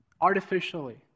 artificially